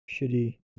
shitty